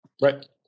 Right